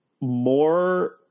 more –